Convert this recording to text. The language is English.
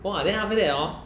!wah! then after that hor